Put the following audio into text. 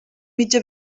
mitja